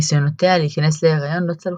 ניסיונותיה להיכנס להיריון לא צלחו,